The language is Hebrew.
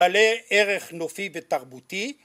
עלי ערך נופי ותרבותי